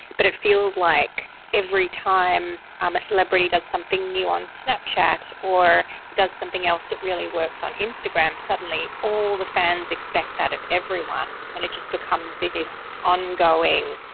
but it feels like every time um a celebrity does something new on snapchat or does something else that really works on instagram, suddenly all the fans expect that of everyone and it just becomes this ongoing,